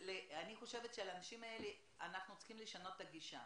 אני חושבת שלאנשים האלה אנחנו צריכים לשנות את הגישה,